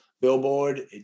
Billboard